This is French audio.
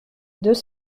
deux